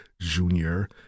junior